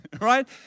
right